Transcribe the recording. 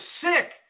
sick